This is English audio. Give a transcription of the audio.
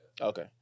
Okay